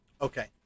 Okay